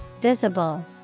Visible